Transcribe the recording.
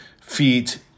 feet